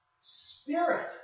spirit